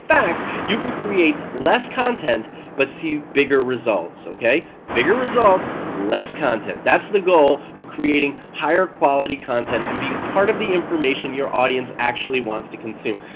fact, you can create less content but see bigger results. bigger results less content, that's the goal of creating higher quality content and being part of the information your audience actually wants to consume.